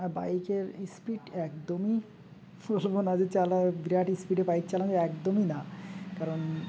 আর বাইকের স্পিড একদমই ফুলব না যে চালা বিরাট স্পিডে বাইক চালানো একদমই না কারণ